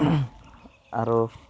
আৰু